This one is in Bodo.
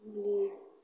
मुलि